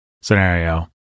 scenario